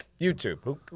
YouTube